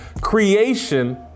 creation